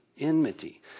enmity